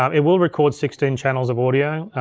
um it will record sixteen channels of audio.